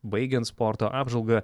baigiant sporto apžvalgą